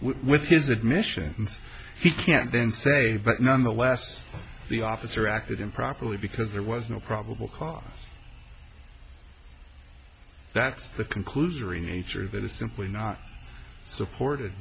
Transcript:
with his admission and he can't then say but nonetheless the officer acted improperly because there was no probable cause that's the conclusion or a nature that is simply not supported